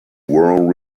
world